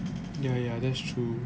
yeah yeah that's true